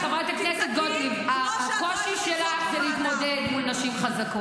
חברת הכנסת גוטליב, אנא, תני לגב' תמנו לסיים.